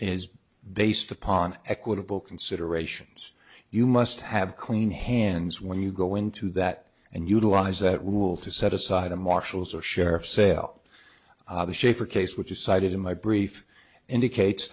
is based upon equitable considerations you must have clean hands when you go into that and utilize that rule to set aside the marshals or sheriff's sale schafer case which is cited in my brief indicates